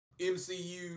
MCU